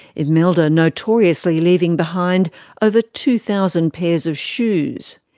imelda notoriously leaving behind over two thousand pairs of shoes.